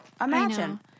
Imagine